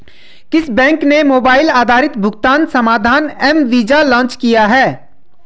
किस बैंक ने मोबाइल आधारित भुगतान समाधान एम वीज़ा लॉन्च किया है?